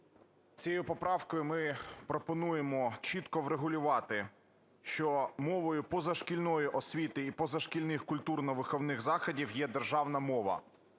Цією поправкою ми пропонуємо чітко врегулювати, що мовою позашкільною освіти і позашкільних культурно-виховних заходів є державна мова.